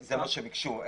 זה מה שבקשו ממנו.